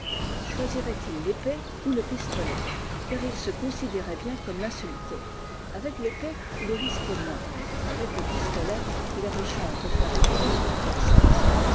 choisirait il l'épée ou le pistolet car il se considérait bien comme l'insulté avec l'épée il risquait moins mais avec le pistolet il avait chance de faire reculer son adversaire